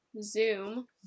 Zoom